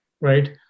right